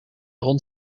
hond